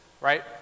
right